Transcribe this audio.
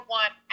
one